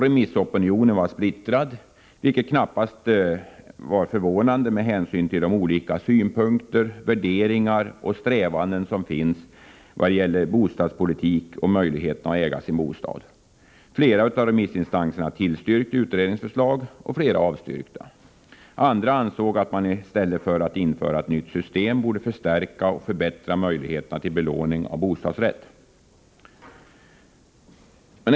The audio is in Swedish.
Remissopinionen var splittrad, vilket knappast var förvånande med tanke på de olika synpunkter, värderingar och strävanden som finns i vad gäller bostadspolitik och möjligheter för den enskilde att äga sin bostad. Flera av remissinstanserna tillstyrkte utredningens förslag, och andra avstyrkte det. Somliga ansåg att man i stället för att införa ett nytt system borde förstärka och förbättra möjligheterna att belåna bostadsrätt.